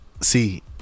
See